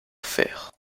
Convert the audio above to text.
faire